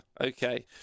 Okay